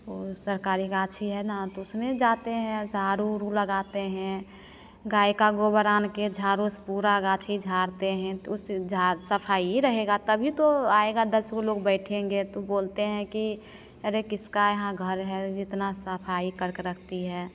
वो सरकारी गाछी है ना तो उसमें जाते हैं झाड़ू उड़ूँ लगाते हैं गाय का गोबर आन के झाड़ू से पूरा गाछी झाड़ते हैं तो उस झा सफाइए रहेगा तभी तो आएगा दस गो लोग बैठेंगे तो बोलते हैं की अरे किसका यहाँ घर है इतना सफाई करके रखती है